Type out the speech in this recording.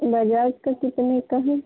बजाज का कितने का है